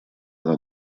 она